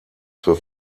für